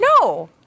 no